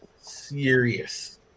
Serious